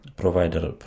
provider